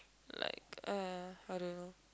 like uh I don't know